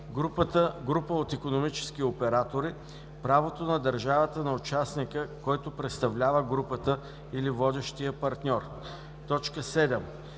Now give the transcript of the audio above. група от икономически оператори – правото на държавата на участника, който представлява групата, или водещия партньор. 7.